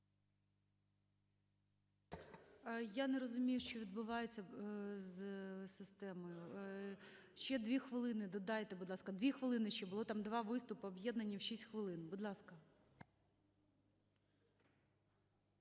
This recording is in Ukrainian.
Я не розумію, що відбувається з системою. Ще 2 хвилини додайте, будь ласка. 2 хвилини ще. Було там два виступи об'єднані в 6 хвилин. Будь ласка.